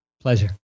Pleasure